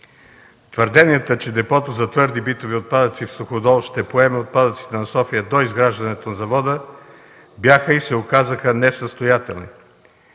Твърдението, че депото за твърди битови отпадъци в Суходол ще поеме отпадъците на София до изграждането на завода, бяха и се оказаха несъстоятелни.